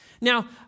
Now